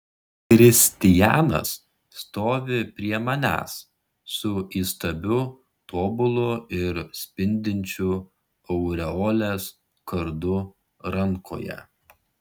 kristijanas stovi prie manęs su įstabiu tobulu ir spindinčiu aureolės kardu rankoje